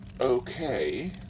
Okay